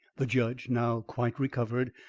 the judge, now quite recovered,